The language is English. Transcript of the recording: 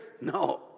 No